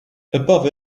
above